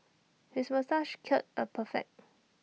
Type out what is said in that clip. his moustache curl A perfect